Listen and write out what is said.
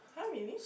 [huh] really